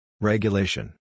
Regulation